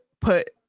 put